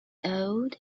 old